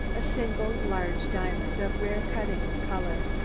a single large diamond of rare cutting and color.